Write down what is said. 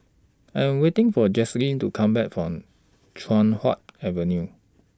I Am waiting For Jaslene to Come Back from Chuan Hoe Avenue